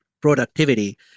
productivity